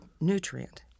nutrient